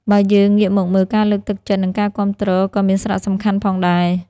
បើយើងងាកមកមើលការលើកទឹកចិត្ត និងការគាំទ្រក៏មានសារះសំខាន់ផងដែរ។